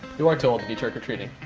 you are too old to be trick or treating.